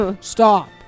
stop